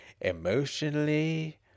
emotionally